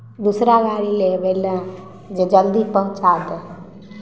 दूसरा गाड़ी लेबय लेल जे जल्दी पहुँचा दे